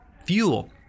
fuel